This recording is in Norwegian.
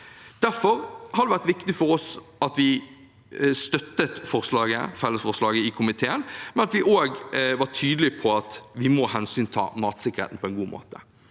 Derfor har det vært viktig for oss å støtte fellesforslaget i komiteen og at vi også var tydelige på at vi må hensynta matsikkerheten på en god måte.